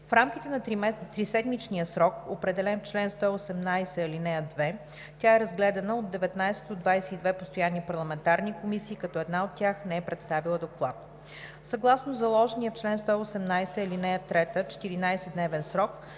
В рамките на триседмичния срок, определен в чл. 118, ал. 2, тя е разгледана от 19 от 22 постоянни парламентарни комисии, като една от тях не е предоставила доклад. Съгласно заложения в чл. 118, ал. 3 14-дневен срок